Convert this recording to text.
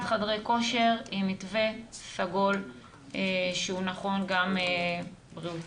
חדרי הכושר עם מתווה סגל שהוא נכון גם בריאותית.